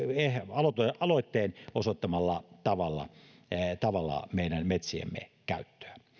aloitteen aloitteen osoittamalla tavalla meidän metsiemme käyttöä